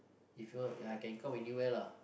if you want ya I can come anywhere lah